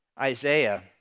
Isaiah